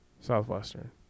Southwestern